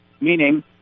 meaning